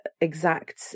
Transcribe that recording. exact